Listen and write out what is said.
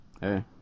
Hey